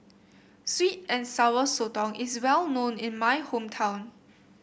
sweet and Sour Sotong is well known in my hometown